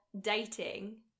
dating